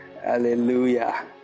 Hallelujah